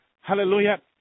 Hallelujah